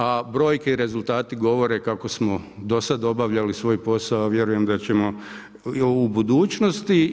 A brojke i rezultati govore kako smo do sada obavljali svoj posao a vjerujem da ćemo i u budućnosti.